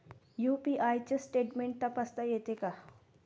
UPI चे statement तपासता येते का?